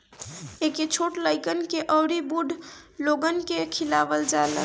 एके छोट लइकन के अउरी बूढ़ लोगन के खियावल जाला